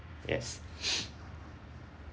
yes